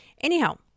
anyhow